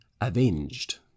avenged